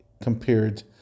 compared